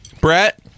Brett